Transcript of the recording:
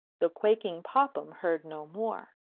the quaking popham heard no more.